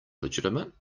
legitimate